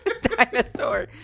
dinosaur